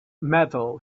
metal